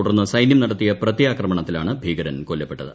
തുടർന്നു സൈന്യം നടത്തിയ പ്രത്യാക്രമണത്തിലാണ് ഭീകരൻ കൊല്ലപ്പെട്ടത്